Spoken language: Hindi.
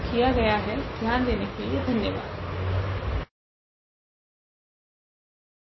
ध्यान देने के लिए धन्यवाद